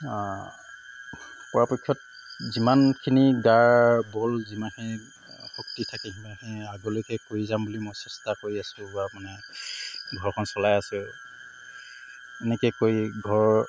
পৰাপক্ষত যিমানখিনি গাৰ বল যিমানখিনি শক্তি থাকে সিমানখিনি আগলৈকে কৰি যাম বুলি চেষ্টা কৰি আছো বা মানে ঘৰখন চলাই আছো এনেকৈয়ে কৰি ঘৰ